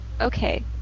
Okay